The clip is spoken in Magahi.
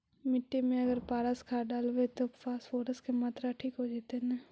मिट्टी में अगर पारस खाद डालबै त फास्फोरस के माऋआ ठिक हो जितै न?